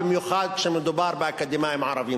במיוחד כשמדובר באקדמאים ערבים.